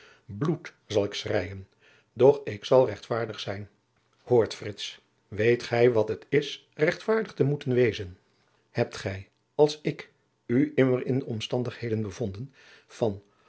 bloed zal ik schreien doch ik zal rechtvaardig zijn hoor frits weet gij wat het is rechtvaardig te moeten wezen hebt gij als ik u immer in de omstandigheden bevonden van